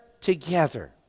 together